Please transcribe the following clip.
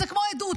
זה כמו עדות.